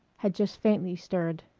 had just faintly stirred.